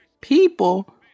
people